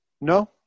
No